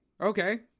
Okay